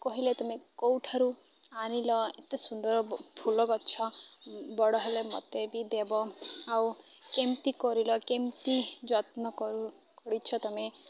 କହିଲେ ତୁମେ କେଉଁ ଠାରୁ ଆଣିଲ ଏତେ ସୁନ୍ଦର ଫୁଲ ଗଛ ବଡ଼ ହେଲେ ମୋତେ ବି ଦେବ ଆଉ କେମିତି କରିଲ କେମିତି ଯତ୍ନ କରିଛ ତୁମେ